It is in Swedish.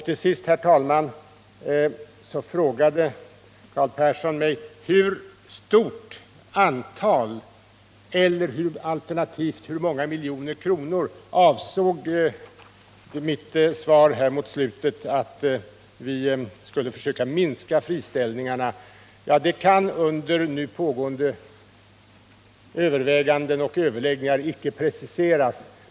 Till sist, herr talman, frågade Magnus Persson mig med hur många personer eller alternativt med hur många miljoner kronor jag ansåg att vi skulle försöka minska friställningarna vid Zakrisdalsverken. Ja, det kan under nu pågående överväganden och överläggningar inte preciseras.